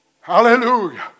Hallelujah